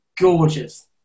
gorgeous